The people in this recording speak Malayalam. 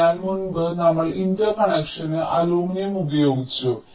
അതിനാൽ മുമ്പ് നമ്മൾ ഇന്റെർക്കണക്ഷൻനു അലുമിനിയം ഉപയോഗിച്ചു